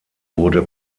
wurde